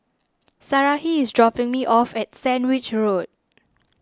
Sarahi is dropping me off at Sandwich Road